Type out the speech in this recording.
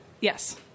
yes